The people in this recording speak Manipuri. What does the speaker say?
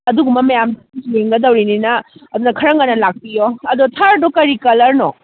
ꯑꯗꯨꯒꯨꯝꯕ ꯃꯌꯥꯝꯗꯨ ꯌꯦꯡꯉꯒ ꯇꯧꯔꯤꯅꯤꯅ ꯑꯗꯨꯅ ꯈꯔ ꯉꯟꯅ ꯂꯥꯛꯄꯤꯌꯣ ꯑꯗꯣ ꯊꯥꯔꯗꯣ ꯀꯔꯤ ꯀꯂꯔꯅꯣ